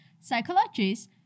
psychologists